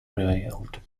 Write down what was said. revealed